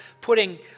putting